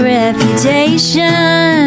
reputation